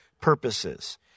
purposes